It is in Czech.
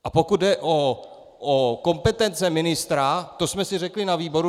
A pokud jde o kompetence ministra, to jsme si řekli na výboru.